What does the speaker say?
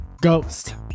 Ghost